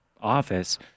office